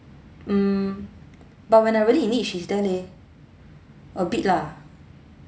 mm but when I really in need she's there leh a bit lah